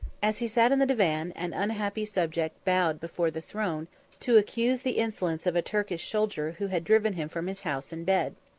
as he sat in the divan, an unhappy subject bowed before the throne to accuse the insolence of a turkish soldier who had driven him from his house and bed.